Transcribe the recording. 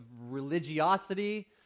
religiosity